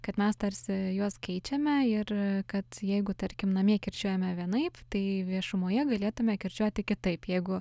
kad mes tarsi juos keičiame ir kad jeigu tarkim namie kirčiuojame vienaip tai viešumoje galėtumėme kirčiuoti kitaip jeigu